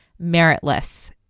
meritless